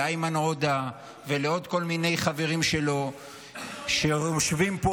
לאיימן עודה ולעוד כל מיני חברים שלו שיושבים פה,